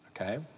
okay